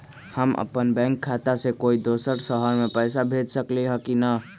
हम अपन बैंक खाता से कोई दोसर शहर में पैसा भेज सकली ह की न?